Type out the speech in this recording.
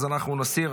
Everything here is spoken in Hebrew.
אז אנחנו נסיר.